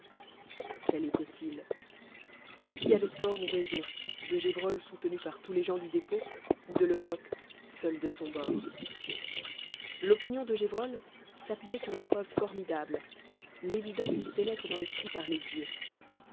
quel était-il qui avait tort ou raison de gévrol soutenu par tous les gens du dépôt ou de lecoq seul de son bord l'opinion de gévrol s'appuyait sur une preuve formidable l'évidence qui pénètre dans l'esprit par les yeux